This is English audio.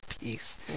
peace